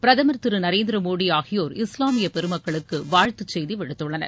பிரதமர் திரு நரேந்திர மோடி ஆகியோர் இஸ்லாமிய பெருமக்களுக்கு வாழ்த்துச் செய்தி விடுத்துள்ளனர்